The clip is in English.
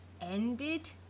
ended